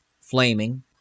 flaming